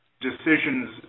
decisions